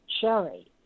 cherry